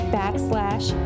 backslash